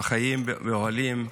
חיים באוהלים,